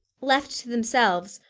left to themselves,